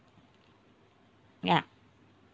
ya